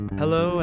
hello